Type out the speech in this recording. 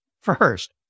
First